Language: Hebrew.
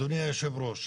אדוני היושב-ראש,